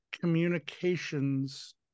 communications